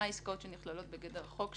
מה העסקאות שנכללו בגדר החוק,